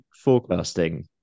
forecasting